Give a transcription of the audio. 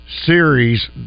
series